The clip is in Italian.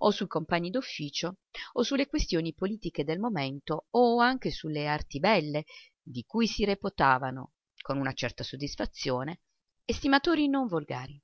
o sui compagni d'ufficio o su le questioni politiche del momento o anche su le arti belle di cui si reputavano con una certa soddisfazione estimatori non volgari